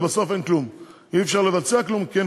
ובסוף אין כלום ואי-אפשר לבצע כלום כי אין